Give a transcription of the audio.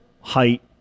height